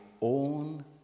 own